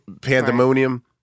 pandemonium